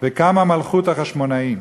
וקמה מלכות החשמונאים.